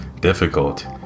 difficult